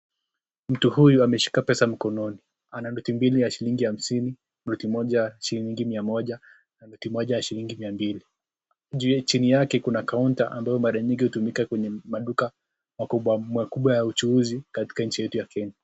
Mtu huyu ameshika pesa mkononi, ana noti mbili ya shilingi hamsini, noti moja ya shilingi mia moja na noti moja ya shilingi mia mbili, chini yake kuna kaunta ambayo mara nyingi hutumika kwenye maduka makubwa makubwa ya uchuuzi katika nchi yetu ya Kenya.